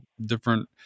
different